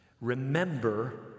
Remember